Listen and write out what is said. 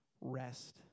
rest